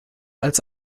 als